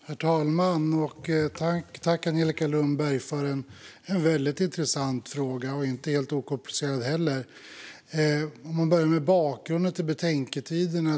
Herr talman! Jag tackar Angelica Lundberg för en väldigt intressant fråga, som inte är helt okomplicerad. Jag kan börja med bakgrunden till betänketiderna.